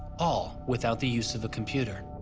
all without the use of a computer.